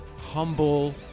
humble